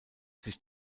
sich